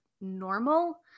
normal